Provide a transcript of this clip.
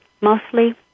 Mostly